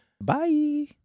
bye